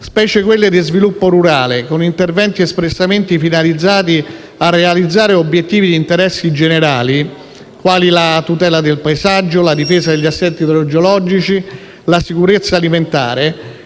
specie quelle di sviluppo rurale, con interventi espressamente finalizzati a realizzare obiettivi di interesse generale, quali la tutela del paesaggio, la difesa degli assetti idrogeologici e la sicurezza alimentare,